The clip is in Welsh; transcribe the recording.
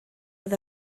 oedd